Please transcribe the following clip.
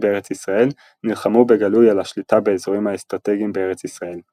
בארץ ישראל נלחמו בגלוי על השליטה באזורים האסטרטגיים בארץ ישראל.